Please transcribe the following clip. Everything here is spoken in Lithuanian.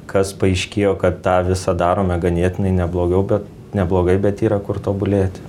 kas paaiškėjo kad tą visa darome ganėtinai neblogiau bet neblogai bet yra kur tobulėti